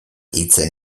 hitzen